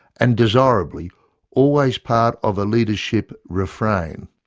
and desirably always part of a leadership refrain.